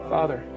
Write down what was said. Father